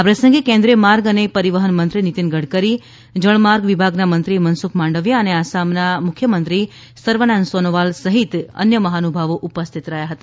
આ પ્રસંગે કેન્દ્રીય માર્ગ અને પરિવહન મંત્રી નીતિન ગડકરી જળમાર્ગ વિભાગના મંત્રી મનસુખ માંડવીયા અને આસામના મુખ્યમંત્રી સર્વાનંદ સોનોવાલ સહિત અન્ય મહાનુભાવો ઉપસ્થિત રહેશે